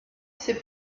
c’est